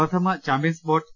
പ്രഥമ champions boat